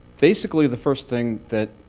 basically the first thing that